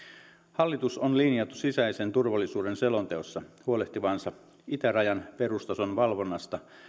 hallitus on linjannut sisäisen turvallisuuden selonteossa huolehtivansa itärajan perustason valvonnasta